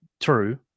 True